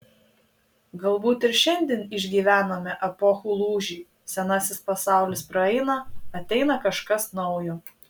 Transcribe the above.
galbūt ir šiandien išgyvename epochų lūžį senasis pasaulis praeina ateina kažkas naujo